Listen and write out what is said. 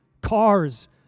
cars